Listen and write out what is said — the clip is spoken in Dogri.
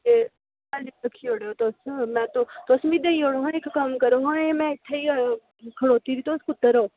ते लब्भी जाह्ग ते रक्खी ओड़ो तुस तुस इक्क कम्म करो आं मिगी देई जाओ आं इत्थें गै खड़ोती दी तुस कुद्धर ओ